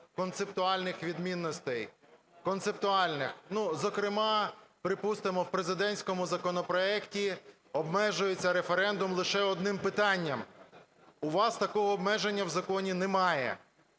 концептуальних відмінностей, концептуальних. Ну, зокрема, припустимо, в президентському законопроекті обмежується референдум лише одним питанням. У вас такого обмеження в законі немає.